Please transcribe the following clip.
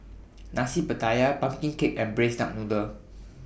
Nasi Pattaya Pumpkin Cake and Braised Duck Noodle